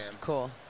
Cool